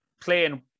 playing